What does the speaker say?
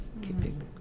keeping